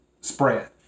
spread